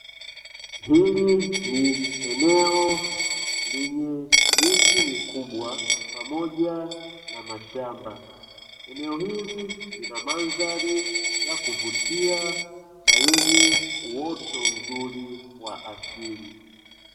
Hili ni eneo lenye miti mikubwa pamoja na mashamba, eneo hili lina mandhari ya kuvutia, na yenye uoto mzuri wa asili.